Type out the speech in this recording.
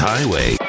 Highway